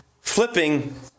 flipping